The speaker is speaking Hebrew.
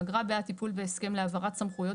אגרה בעד טיפול בהסכם להעברת סמכויות